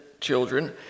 children